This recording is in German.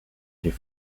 die